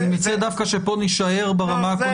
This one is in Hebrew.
אני מציע שפה נישאר ברמה הקונצנזואלית.